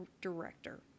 director